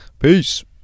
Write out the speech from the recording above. Peace